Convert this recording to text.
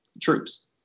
troops